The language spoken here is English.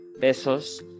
pesos